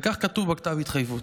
וכך כתוב בכתב ההתחייבות: